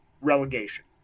relegation